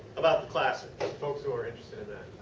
about the classes folks who are interested in that.